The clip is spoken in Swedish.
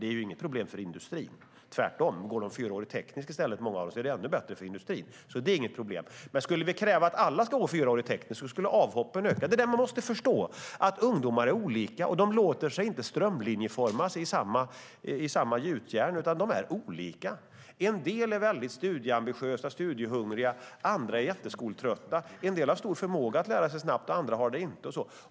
Det är inget problem för industrin - tvärtom. Går många av ungdomarna fyraårigt tekniskt program är det ännu bättre för industrin, så det är inget problem. Men skulle vi kräva att alla ska gå fyraårigt tekniskt program skulle avhoppen öka. Det är det man måste förstå. Ungdomar är olika och låter sig inte strömlinjeformas i samma gjutjärn, utan de är olika. En del är mycket studieambitiösa och studiehungriga. Andra är mycket skoltrötta. En del har stor förmåga att lära sig snabbt, och andra har det inte.